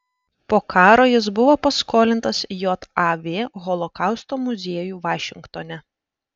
po karo jis buvo paskolintas jav holokausto muziejui vašingtone